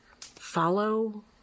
follow